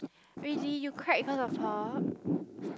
really you cried because of her